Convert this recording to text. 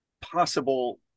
possible